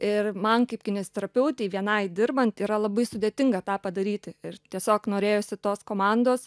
ir man kaip kineziterapeutei vienai dirbant yra labai sudėtinga tą padaryti ir tiesiog norėjosi tos komandos